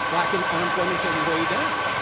black um unemployment came way down.